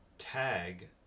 tag